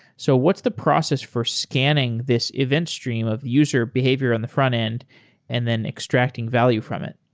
so what's the process for scanning this event stream of user behavior on the front end and then extracting value from it?